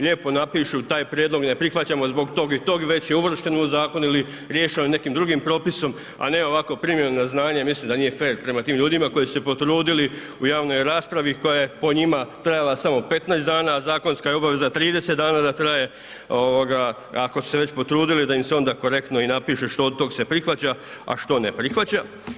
Lijepo napišu taj prijedlog ne prihvaćamo zbog tog i tog, već je uvršten u zakon ili je riješeno nekim drugim propisom, a ne ovako primljeno na znanje i mislim da nije fer prema tim ljudima koji su se potrudili u javnoj raspravi koja je po njima trajala samo 15 dana, a zakonska je obveza 30 dana da traje i ako su se već potrudili da im se onda korektno napiše što od toga se prihvaća, a što ne prihvaća.